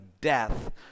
death